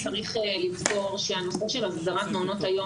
צריך לזכור שהנושא של הגדרת מעונות היום